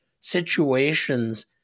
situations